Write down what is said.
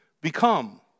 become